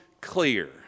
clear